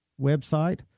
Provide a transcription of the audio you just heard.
website